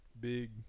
big